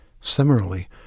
Similarly